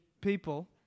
people